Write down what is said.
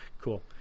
Cool